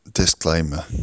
Disclaimer